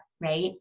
right